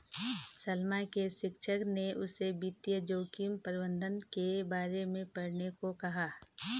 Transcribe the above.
सलमा के शिक्षक ने उसे वित्तीय जोखिम प्रबंधन के बारे में पढ़ने को कहा